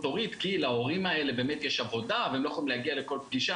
הורית כי להורים האלה באמת יש עבודה והם לא יכולים להגיע לפגישה.